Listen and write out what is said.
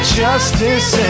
justice